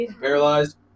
Paralyzed